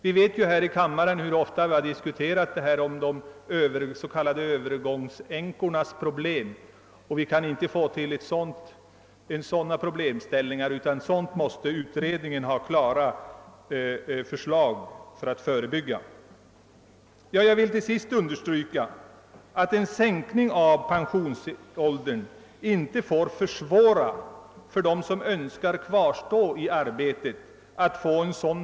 Vi vet ju hur ofta vi diskuterat här i kammaren om de s.k. övergångsänkornas problem. Härvidlag måste utredningen lämna klara förslag i förebyggande syfte. Till sist vill jag understryka att en sänkning av pensionsåldern inte får försvåra för dem, som så önskar, att kvarstå i arbete.